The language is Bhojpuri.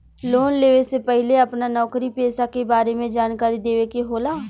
लोन लेवे से पहिले अपना नौकरी पेसा के बारे मे जानकारी देवे के होला?